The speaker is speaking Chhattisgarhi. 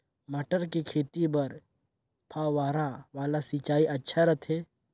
मटर के खेती बर फव्वारा वाला सिंचाई अच्छा रथे?